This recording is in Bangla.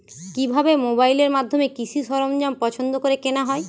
কিভাবে মোবাইলের মাধ্যমে কৃষি সরঞ্জাম পছন্দ করে কেনা হয়?